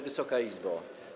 Wysoka Izbo!